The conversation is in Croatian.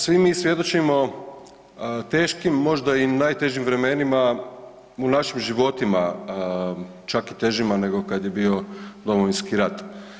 Svi mi svjedočimo teškim, možda i najtežim vremenima u našim životima, čak i težima nego kad je bio Domovinski rat.